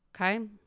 okay